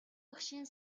багшийн